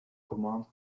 command